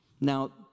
Now